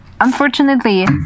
unfortunately